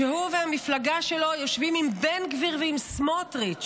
שהוא והמפלגה שלו יושבים עם בן גביר ועם סמוטריץ',